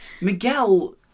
Miguel